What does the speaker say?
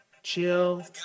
Chill